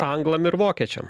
anglam ir vokiečiam